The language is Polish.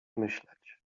myśleć